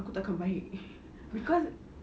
aku tak akan baik cause